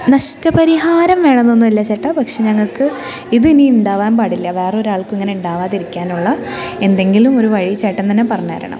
നഷ്ടപരിഹാരം വേണമെന്നൊന്നുമല്ല ചേട്ടാ പക്ഷെ ഞങ്ങൾക്ക് ഇതിനി ഉണ്ടാവാൻ പാടില്ല വേറൊരാൾക്കും ഇങ്ങനെ ഉണ്ടാവാതിരിക്കാനുള്ള എന്തെങ്കിലും ഒരു വഴി ചേട്ടൻ തന്നെ പറഞ്ഞുതരണം